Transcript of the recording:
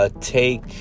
Take